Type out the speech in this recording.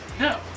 No